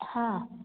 हां